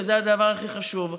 וזה הדבר הכי חשוב.